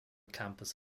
campus